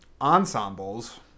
ensembles